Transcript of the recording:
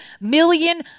million